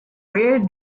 where